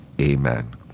amen